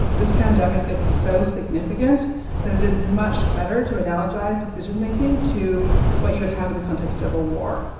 this pandemic is so significant that it is much better to analogize decision-making to what you would have in the context of a war